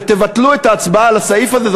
ותבטלו את ההצבעה על הסעיף הזה.